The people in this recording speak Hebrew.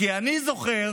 כי אני זוכר